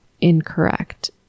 incorrect